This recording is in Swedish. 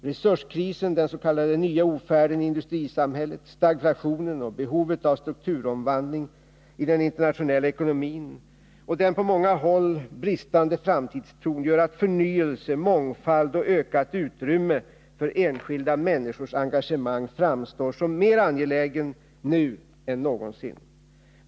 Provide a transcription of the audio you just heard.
Resurskrisen, den s.k. nya ofärden i industrisamhället, stagflationen, behovet av strukturomvandling i den internationella ekonomin och den på många håll bristande framtidstron gör att förnyelse, mångfald och ökat utrymme för enskilda människors engagemang nu framstår som mer angeläget än någonsin.